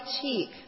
cheek